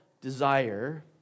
desire